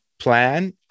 plan